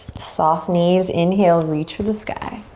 soft knees, inhale, reach for the sky.